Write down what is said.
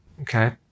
Okay